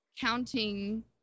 counting